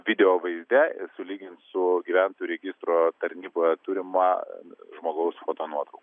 video vaizde sulygins su gyventojų registro tarnyboje turima žmogaus fotonuotrauka